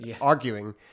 arguing –